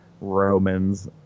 Romans